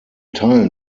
teilen